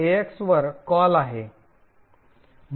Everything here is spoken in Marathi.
ax वर कॉल आहे